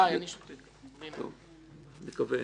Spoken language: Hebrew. אני רק אומר,